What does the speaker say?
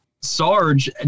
Sarge